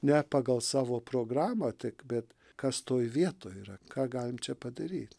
ne pagal savo programą tik bet kas toj vietoj yra ką galim čia padaryt